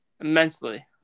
Immensely